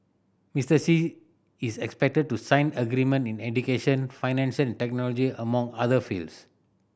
Mister Xi is expected to sign agreement in education finance and technology among other fields